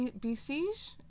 besiege